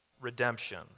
redemption